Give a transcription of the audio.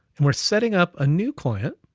and we're setting up a new client